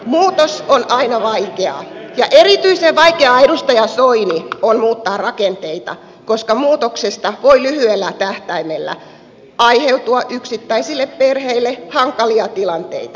muutos on aina vaikeaa ja erityisen vaikeaa edustaja soini on muuttaa rakenteita koska muutoksesta voi lyhyellä tähtäimellä aiheutua yksittäisille perheille hankalia tilanteita